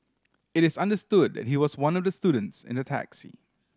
it is understood that he was one of the students in the taxi